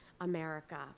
America